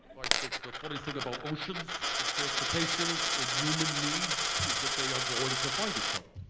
i think the forties thing about oceans, ah transportation and human needs is that they are going to find each other.